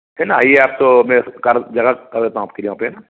है ना आइये आप तो मैं कर जगह कर देता हूँ आपके लिए यहाँ पर है ना